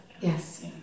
Yes